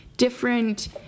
different